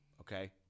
okay